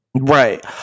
Right